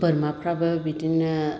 बोरमाफ्राबो बिदिनो